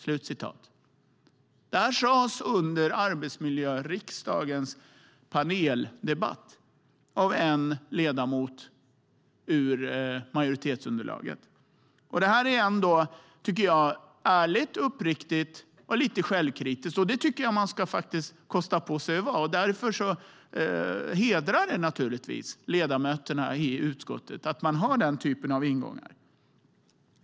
Det här sades under arbetsmiljöriksdagens paneldebatt av en ledamot ur majoritetsunderlaget. Det är ärligt, uppriktigt och lite självkritiskt, och det tycker jag att man ska kosta på sig att vara. Det hedrar naturligtvis ledamöterna i utskottet att man har den typen av ingångar.